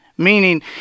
Meaning